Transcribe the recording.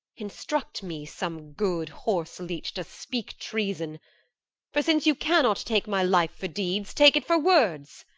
instruct me, some good horse-leech, to speak treason for since you cannot take my life for deeds, take it for words.